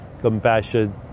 compassion